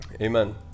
Amen